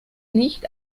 nicht